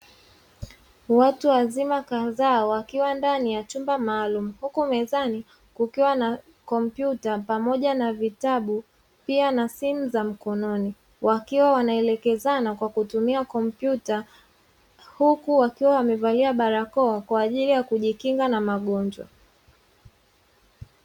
Watu wazima kadhaa wakiwa ndani ya chumba maalumu, huku mezani kukiwa na kompyuta pamoja na vitabu, pia na simu za mkononi. Wakiwa wanaelekezana kwa kutumia kompyuta, huku wakiwa wamevalia barakoa, kwa ajili ya kujikinga na magonjwa.